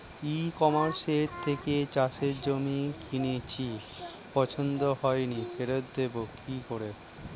ই কমার্সের থেকে চাষের জিনিস কিনেছি পছন্দ হয়নি ফেরত দেব কী করে?